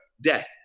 death